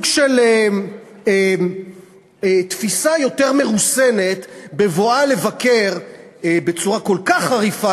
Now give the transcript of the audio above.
של תפיסה יותר מרוסנת בבואה לבקר בצורה כל כך חריפה,